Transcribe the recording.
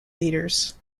leaders